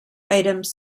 items